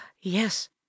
yes